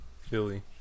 Philly